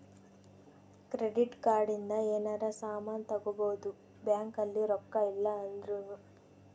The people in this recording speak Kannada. ಕ್ರೆಡಿಟ್ ಕಾರ್ಡ್ ಇಂದ ಯೆನರ ಸಾಮನ್ ತಗೊಬೊದು ಬ್ಯಾಂಕ್ ಅಲ್ಲಿ ರೊಕ್ಕ ಇಲ್ಲ ಅಂದೃನು